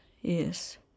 yes